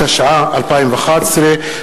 התשע"א 2011,